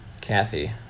Kathy